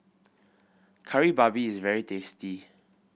Kari Babi is very tasty